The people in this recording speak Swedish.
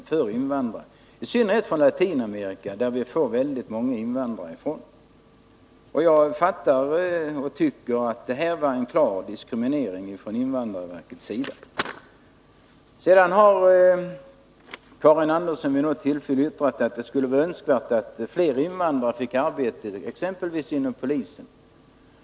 Det gällde här erfarenheter från Latinamerika, varifrån vi får väldigt många invandrare. Jag tycker att det i det här fallet var en klar diskriminering från invandrarverkets sida. Karin Andersson har vid något tillfälle yttrat att det skulle vara önskvärt att fler invandrare fick arbete inom exempelvis polisen.